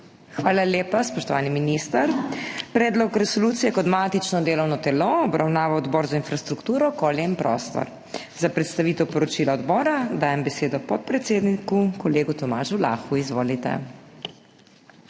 Hvala lepa, spoštovani minister. Predlog resolucije je kot matično delovno telo obravnaval Odbor za infrastrukturo, okolje in prostor. Za predstavitev poročila odbora, dajem besedo podpredsedniku, kolegu Tomažu Lahu. Izvolite.